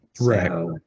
Right